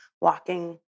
walking